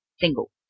single